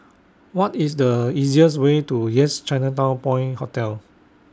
What IS The easiest Way to Yes Chinatown Point Hotel